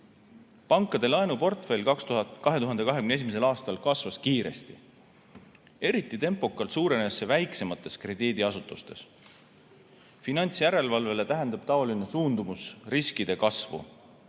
Pankade laenuportfell kasvas 2021. aastal kiiresti. Eriti tempokalt suurenes see väiksemates krediidiasutustes. Finantsjärelevalvele tähendab taoline suundumus riskide kasvu